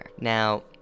Now